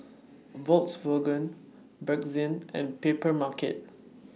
Volkswagen Bakerzin and Papermarket